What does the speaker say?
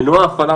"מנוע ההפעלה",